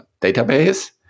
database